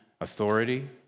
authority